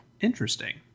Interesting